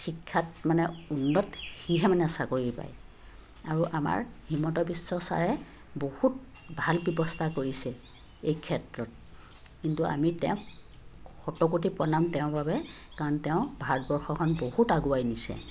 শিক্ষাত মানে উন্নত সিহে মানে চাকৰি পায় আৰু আমাৰ হিমন্ত বিশ্ব ছাৰে বহুত ভাল ব্যৱস্থা কৰিছে এই ক্ষেত্ৰত কিন্তু আমি তেওঁক শতকোটি প্ৰণাম তেওঁৰ বাবে কাৰণ তেওঁ ভাৰতবৰ্ষখন বহুত আগুৱাই নিছে